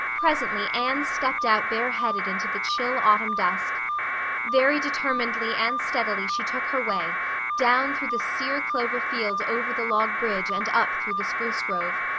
presently anne stepped out bareheaded into the chill autumn dusk very determinedly and steadily she took her way down through the sere clover field over the log bridge and up through the spruce grove,